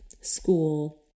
school